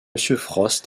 frost